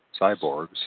cyborgs